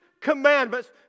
commandments